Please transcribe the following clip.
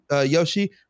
Yoshi